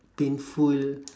painful